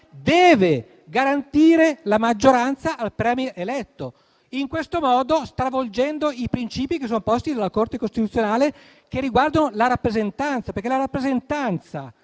deve garantire la maggioranza al *Premier* eletto, in questo modo stravolgendo i principi posti dalla Corte costituzionale che riguardano la rappresentanza. Infatti, in un